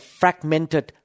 fragmented